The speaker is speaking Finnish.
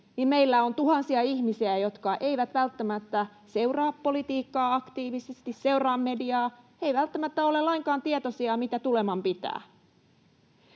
meillä on tuhansia ihmisiä, jotka eivät välttämättä seuraa politiikkaa ja seuraa mediaa aktiivisesti, ja he eivät välttämättä ole lainkaan tietoisia, mitä tuleman pitää.